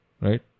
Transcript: Right